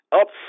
up